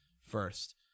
first